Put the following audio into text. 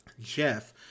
Jeff